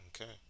okay